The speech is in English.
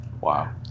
Wow